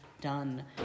done